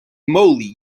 moly